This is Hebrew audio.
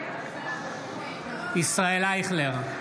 אייכלר,